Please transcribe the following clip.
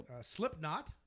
Slipknot